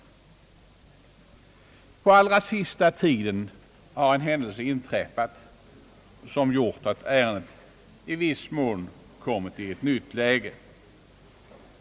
På den allra sista tiden har en händelse gjort, att ärendet i viss mån kommit i en ny dager.